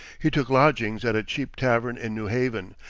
he took lodgings at a cheap tavern in new haven,